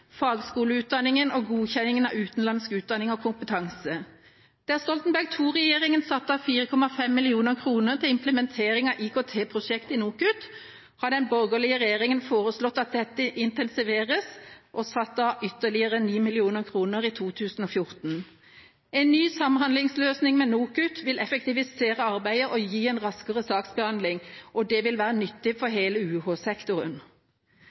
fagskoleutdanningen og godkjenning av utenlandsk utdanning og kompetanse. Der Stoltenberg II-regjeringa satte av 4,5 mill. kr til implementering av IKT-prosjektet i NOKUT, har den borgerlige regjeringa foreslått at dette intensiveres, og har satt av ytterligere 9 mill. kr i 2014. En ny samhandlingsløsning for NOKUT vil effektivisere arbeidet og gi raskere saksbehandling. Det vil være nyttig for